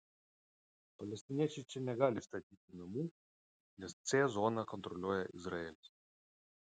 palestiniečiai čia negali statyti namų nes c zoną kontroliuoja izraelis